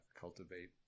cultivate